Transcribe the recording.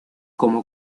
como